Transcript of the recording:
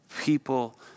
people